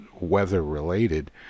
weather-related